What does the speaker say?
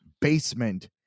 basement